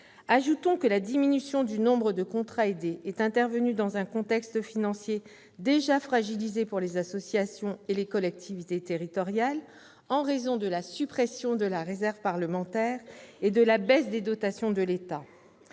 Ajoutons que la diminution du nombre de contrats aidés est intervenue dans un contexte financier déjà fragilisé pour les associations et les collectivités territoriales, en raison de la suppression de la réserve parlementaire et de la baisse des dotations de l'État.